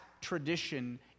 tradition